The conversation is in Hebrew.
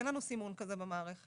אין לנו סימון כזה במערכת.